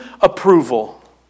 approval